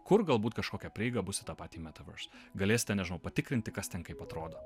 kur galbūt kažkokia prieiga bus į tą patį metaverse galėsite nežinau patikrinti kas ten kaip atrodo